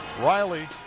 Riley